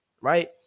right